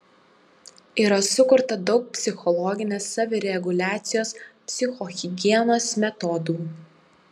yra sukurta daug psichologinės savireguliacijos psichohigienos metodų